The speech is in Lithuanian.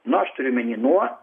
na aš turiu omeny nuo